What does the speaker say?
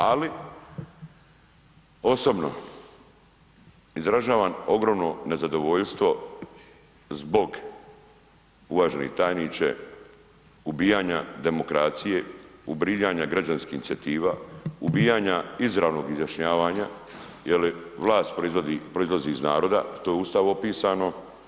Ali osobno izražavam ogromno nezadovoljstvo zbog uvaženi tajniče ubijanja demokracija, ubijanja građanskih inicijativa, ubijanja izravnog izjašnjavanja jeli vlast proizlazi iz naroda što je u Ustavu opisano.